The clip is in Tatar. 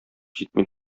җитми